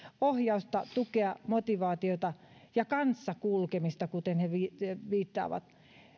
ohjausta tukea motivaatiota ja kanssakulkemista kuten he he viittaavat